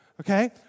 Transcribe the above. okay